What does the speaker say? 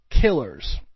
killers